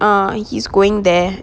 uh he's going there